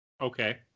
Okay